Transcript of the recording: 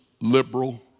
liberal